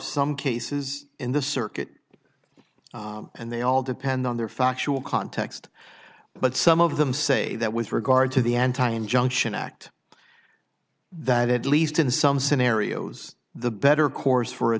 some cases in the circuit and they all depend on their factual context but some of them say that with regard to the anti injunction act that at least in some scenarios the better course for a